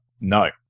No